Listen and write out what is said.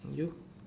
you